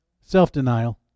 Self-denial